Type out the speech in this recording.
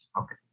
Okay